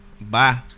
Bye